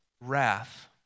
wrath